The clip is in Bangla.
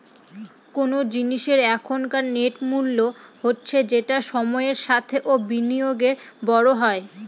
কোন জিনিসের এখনকার নেট মূল্য হচ্ছে যেটা সময়ের সাথে ও বিনিয়োগে বড়ো হয়